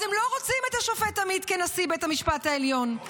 אז הם לא רוצים את השופט עמית כנשיא בית המשפט העליון,